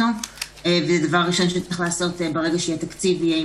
תוכן עניינים מסמכים שהונחו על שולחן הכנסת 4 מזכירת הכנסת ירדנה